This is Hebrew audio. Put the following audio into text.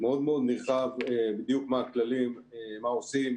מאוד מאוד נרחב בדיוק מה הכללים, מה עושים.